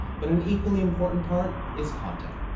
but an equally important part is content.